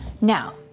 now